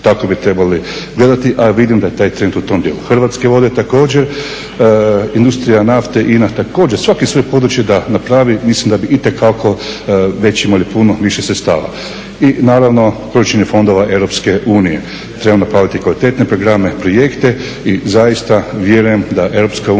Tako bi trebali gledati a vidim da je taj trend u tom dijelu. Hrvatske vode također, industrija nafte, INA također, svatko svoje područje da napravi mislim da bi itekako već imali puno više sredstava. I naravno korištenje fondova Europske unije. Trebamo napraviti kvalitetne programe, projekte i zaista vjerujem da Europska unija